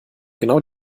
genau